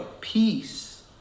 peace